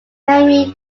henry